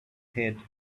head